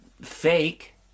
fake